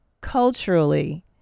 culturally